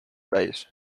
täis